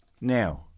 Now